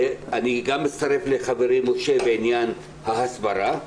וגם אני מצטרף לחברי משה בעניין ההסברה.